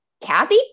Kathy